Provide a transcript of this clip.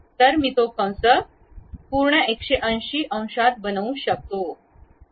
तर मी तो कंस त्या पूर्ण 180 अंशात बनवू शकतो